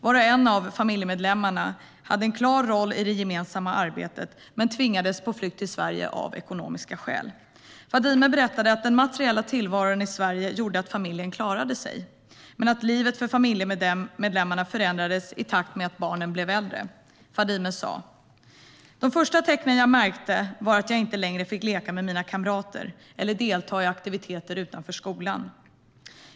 Var och en av familjemedlemmarna hade en klar roll i det gemensamma arbetet men tvingades på flykt till Sverige av ekonomiska skäl. Fadime berättade att den materiella tillvaron i Sverige gjorde att familjen klarade sig men att livet för familjemedlemmarna förändrades i takt med att barnen blev äldre. Fadime sa: De första tecknen jag märkte var att jag inte längre fick leka med mina kamrater eller delta i aktiviteter utanför skolan.